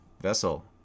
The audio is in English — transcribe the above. Vessel